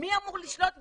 מי אמור לשלוט בזה?